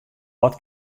wat